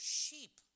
sheep